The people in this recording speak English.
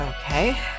Okay